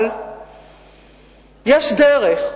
אבל יש דרך,